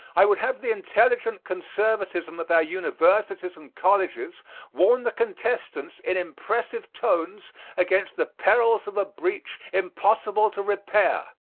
i would have the intelligent conservatism of our universities and colleges warn the contestants in impressive tones against the perils of a breach impossible to repair.